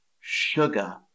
sugar